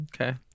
Okay